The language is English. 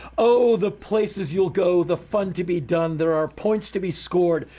oh, the places you'll go! the fun to be done! there are points to be scored.